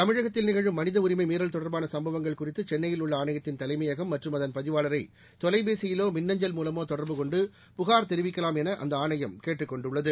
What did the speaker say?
தமிழகத்தில் நிகழும் மனித உரிமை மீறல் தொடர்பான சம்பவங்கள் குறித்து சென்னையில் உள்ள ஆணையத்தின் தலைமையகம் மற்றும் அதன் பதிவாளரை தொலைபேசியிலோ மின்னஞ்சல் மூலமோ தொடர்பு கொண்டு புகார் தெரிவிக்கலாம் என அந்த ஆணையம் கேட்டுக் கொண்டுள்ளது